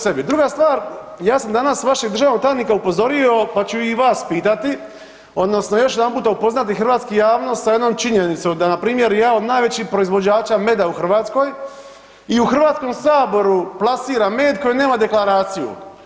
Druga stvar, ja sam danas vašeg državnog tajnika upozorio pa ću i vas pitati, odnosno još jedanput upoznati hrvatsku javnost sa jednom činjenicom, da npr. jedan od najvećih proizvođača meda u Hrvatskoj i u Hrvatskom saboru plasira med koji nema deklaraciju.